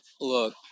Look